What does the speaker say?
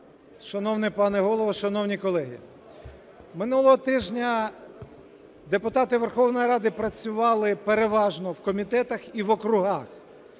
Шановний пане Голово, шановні колеги, минулого тижня депутати Верховної Ради працювали переважно в комітетах і в округах.